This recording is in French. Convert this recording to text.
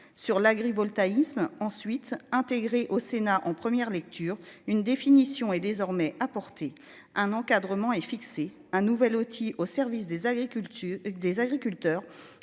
sur l'agrivoltaïsme ensuite intégré au Sénat en première lecture une définition est désormais apporter un encadrement et fixé un nouvel outil au service des agricultures